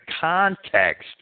context